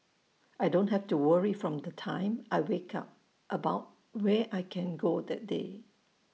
I don't have to worry from the time I wake up about where I can go that day